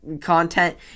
content